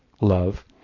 love